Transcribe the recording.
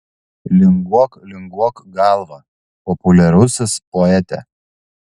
linguok linguok galva populiarusis poete